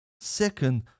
Second